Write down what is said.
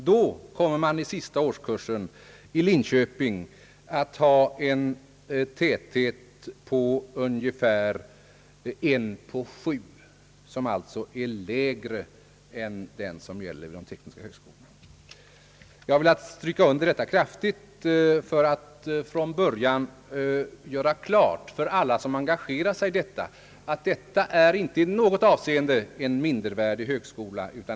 Elevtätheten i denna sista årskurs i Linköping kommer att vara ungefär sju elever på en lärare — alltså lägre än den som gäller vid de nuvarande tekniska högskolorna. Jag har kraftigt velat stryka under detta för att från början göra klart för alla som engagerar sig i denna fråga att Linköpings tekniska högskola inte i något avseende blir en mindervärdig högskola.